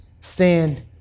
stand